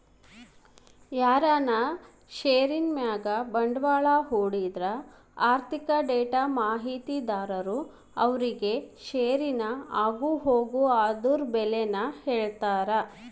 ಯಾರನ ಷೇರಿನ್ ಮ್ಯಾಗ ಬಂಡ್ವಾಳ ಹೂಡಿದ್ರ ಆರ್ಥಿಕ ಡೇಟಾ ಮಾಹಿತಿದಾರರು ಅವ್ರುಗೆ ಷೇರಿನ ಆಗುಹೋಗು ಅದುರ್ ಬೆಲೇನ ಹೇಳ್ತಾರ